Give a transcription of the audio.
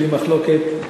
בלי מחלוקת,